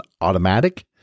automatic